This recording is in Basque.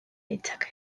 ditzake